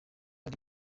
ari